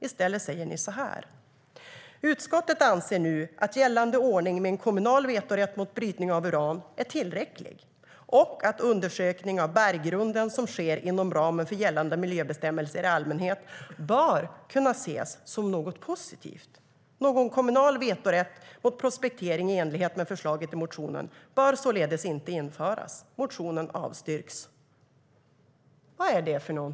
I stället säger ni följande: "Utskottet anser att den gällande ordningen med en kommunal vetorätt mot brytning av uran är tillräcklig och att undersökning av berggrunden som sker inom ramen för de gällande miljöbestämmelserna i allmänhet bör kunna ses som något positivt. En kommunal vetorätt mot prospektering i enlighet med förslaget i motionen bör således inte införas. Motionen avstyrs i den aktuella delen."